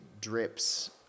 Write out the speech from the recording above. drips